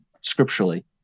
scripturally